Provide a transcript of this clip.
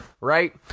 right